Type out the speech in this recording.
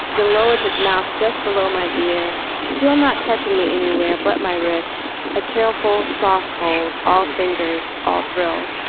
then lowered his mouth just below my ear still not touching me anywhere but my wrist a careful soft hold all fingers all thrill